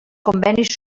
convenis